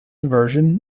version